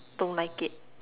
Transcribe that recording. don't like it